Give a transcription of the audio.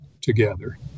together